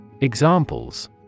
Examples